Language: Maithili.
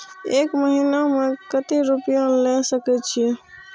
एक महीना में केते रूपया ले सके छिए?